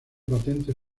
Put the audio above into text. patentes